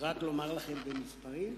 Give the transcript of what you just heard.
רק לומר לכם במספרים,